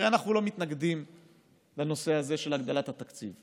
הרי אנחנו לא מתנגדים לנושא הזה של הגדלת התקציב,